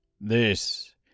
This